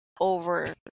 over